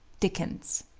dickens